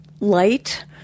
Light